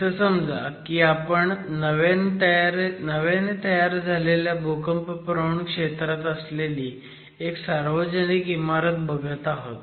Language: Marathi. असं समजा की आपण नव्याने तयार झालेल्या भूकंपप्रवण क्षेत्रात असलेली एक सार्वजनिक इमारत बघत आहोत